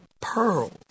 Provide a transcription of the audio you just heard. pearls